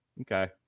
Okay